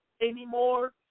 anymore